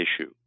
issue